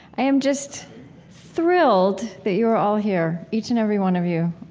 i am just thrilled that you are all here, each and every one of you.